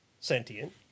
sentient